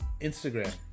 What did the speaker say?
Instagram